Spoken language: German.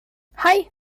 hei